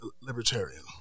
libertarian